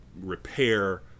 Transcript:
repair